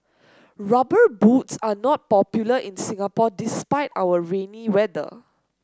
rubber boots are not popular in Singapore despite our rainy weather